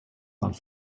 land